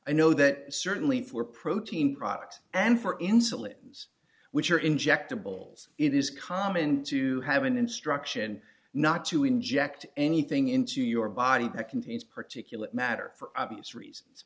i know that certainly for protein products and for insulins which are injectables it is common to have an instruction not to inject anything into your body that contains particulate matter for obvious reasons